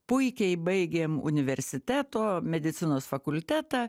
puikiai baigėm universiteto medicinos fakultetą